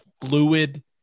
fluid